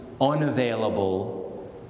unavailable